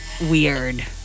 weird